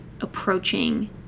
approaching